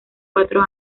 cuatro